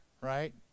right